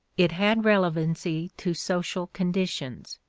it had relevancy to social conditions.